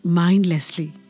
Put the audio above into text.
mindlessly